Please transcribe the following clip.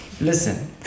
Listen